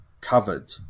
covered